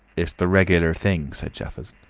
it's the regular thing, said jaffers.